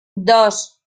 dos